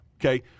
Okay